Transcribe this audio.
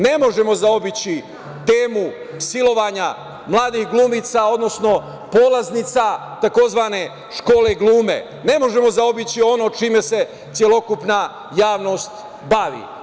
Ne možemo zaobići temu silovanja mladih glumica, odnosno polaznica tzv. škole glume, ne možemo zaobići ono o čemu se celokupna javnost bavi.